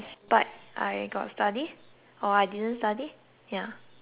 got study or I didn't study ya